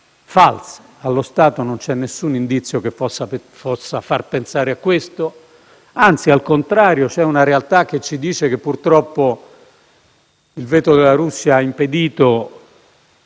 false; allo stato non c'è nessun indizio che possa far pensare a questo. Anzi, al contrario, la realtà ci dice che, purtroppo, il veto della Russia ha impedito